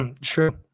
True